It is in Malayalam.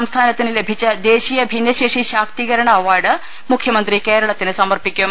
സംസ്ഥാനത്തിന് ലഭിച്ച ദേശീയ ഭിന്നശേഷി ശാക്തീകരണ അവാർഡ് മുഖ്യമന്ത്രി കേരളത്തിന് സമർപ്പിക്കും